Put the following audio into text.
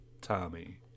Tommy